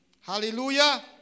Hallelujah